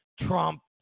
Trump